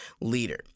leader